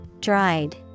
Dried